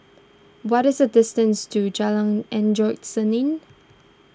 what is the distance to Jalan Endut Senin